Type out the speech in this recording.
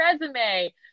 resume